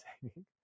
singing